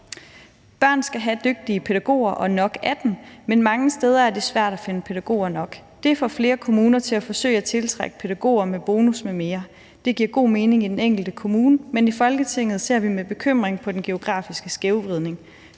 »Børn skal have dygtige pædagoger og nok af dem. Men mange steder er det svært at finde pædagoger nok. Det får flere kommuner til at forsøge at tiltrække pædagoger med bonus m.m. Det giver god mening i den enkelte kommune, men Folketinget ser med bekymring på den geografiske skævvridning.